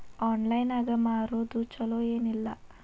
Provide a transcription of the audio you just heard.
Online ನಾಗ್ ಮಾರೋದು ಛಲೋ ಏನ್ ಇಲ್ಲ?